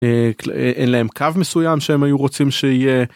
אין להם קו מסוים שהם היו רוצים שיהיה.